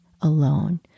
alone